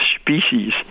species